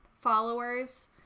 followers